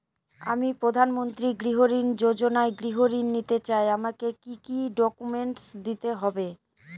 আমি প্রধানমন্ত্রী গৃহ ঋণ যোজনায় গৃহ ঋণ নিতে চাই আমাকে কি কি ডকুমেন্টস দিতে হবে?